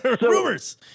Rumors